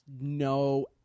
no